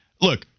look